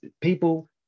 people